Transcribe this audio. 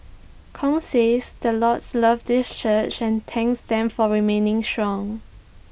Kong says the Lord loves this church and thanks them for remaining strong